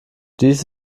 dies